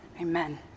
amen